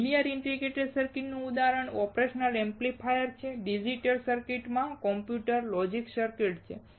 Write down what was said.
linear integrated સર્કિટ્સનું ઉદાહરણ operational amplifier છે અને ડિજિટલ ઇન્ટિગ્રેટેડ સર્કિટ માટે કમ્પ્યુટર અથવા લોજિક સર્કિટ છે